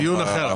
זה דיון אחר.